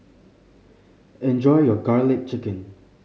enjoy your Garlic Chicken